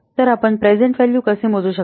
तर आपण present value कसे मोजू शकता